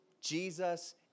Jesus